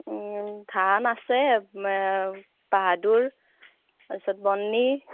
ধান আছে বাহাদুৰ তাৰপাছত বৰ্নি